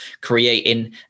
creating